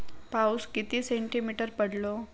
पाऊस किती सेंटीमीटर पडलो?